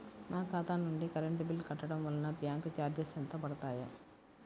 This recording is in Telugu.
నా ఖాతా నుండి కరెంట్ బిల్ కట్టడం వలన బ్యాంకు చార్జెస్ ఎంత పడతాయా?